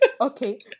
Okay